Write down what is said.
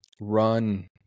run